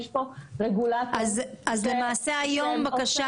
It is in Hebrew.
יש פה רגולטור --- אז למעשה אישור הבקשה